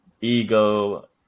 ego